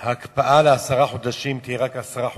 שהקפאה לעשרה חודשים תהיה רק עשרה חודשים.